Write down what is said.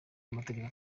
amategeko